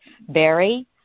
Barry